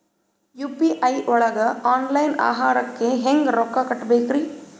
UPI ಒಳಗ online ಆಹಾರಕ್ಕೆ ಹೆಂಗ್ ರೊಕ್ಕ ಕೊಡಬೇಕ್ರಿ?